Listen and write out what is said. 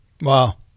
Wow